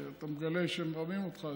כשאתה מגלה כשמרמים אותך,